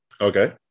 Okay